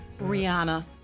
Rihanna